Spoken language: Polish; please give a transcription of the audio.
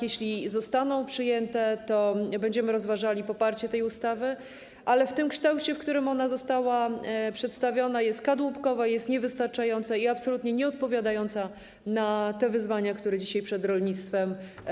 Jeśli zostaną przyjęte, to będziemy rozważali poparcie tej ustawy, ale w tym kształcie, w którym ona została przedstawiona, jest kadłubkowa, jest niewystarczająca i absolutnie nie odpowiada na te wyzwania, które dzisiaj stoją przed rolnictwem.